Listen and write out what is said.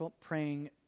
praying